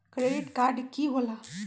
Credit card की होला?